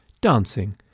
dancing